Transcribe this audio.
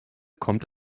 kommt